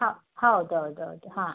ಹಾಂ ಹೌದು ಹೌದು ಹೌದು ಹಾಂ